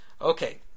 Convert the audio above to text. Okay